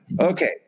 Okay